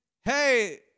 hey